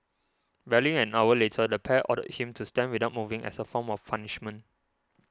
barely an hour later the pair ordered him to stand without moving as a form of punishment